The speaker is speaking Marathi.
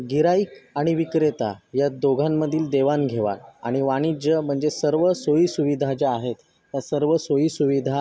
गिऱ्हाईक आणि विक्रेता या दोघांमधील देवाणघेवाण आणि वाणिज्य म्हणजे सर्व सोयीसुविधा ज्या आहेत त्या सर्व सोयीसुविधा